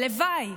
הלוואי.